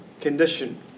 condition